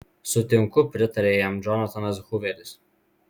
sutinku pritarė jam džonatanas huveris